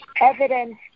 evidence